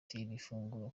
ifunguro